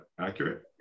accurate